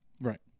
Right